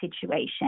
situation